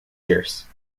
years